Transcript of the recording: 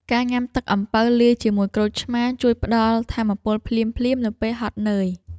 ការញ៉ាំទឹកអំពៅលាយជាមួយក្រូចឆ្មារ ជួយផ្តល់ថាមពលភ្លាមៗនៅពេលហត់នឿយ។